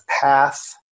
path